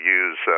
use